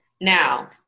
Now